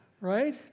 Right